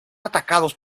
atacados